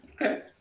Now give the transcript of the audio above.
okay